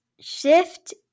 Shift